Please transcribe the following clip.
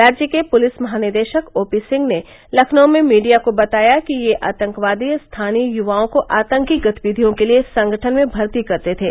राज्य के पुलिस महानिदेशक ओपी सिंह ने लखनऊ में मीडिया को बताया कि ये आतंकवादी स्थानीय युवाओं को आतंकी गतिविधियों के लिए संगठन में भर्ती करते थे